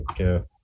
Okay